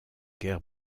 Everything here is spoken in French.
guerre